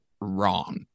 wrong